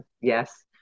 yes